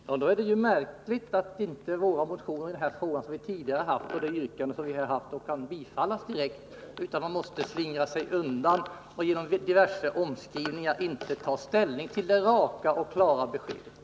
Fru talman! Men då är det ju märkligt att de av oss tidigare väckta motionerna och vårt tidigare yrkande inte kan bifallas direkt, utan att man måste slingra sig och med diverse omskrivningar undvika att ta ställning till det raka och klara beskedet.